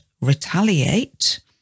retaliate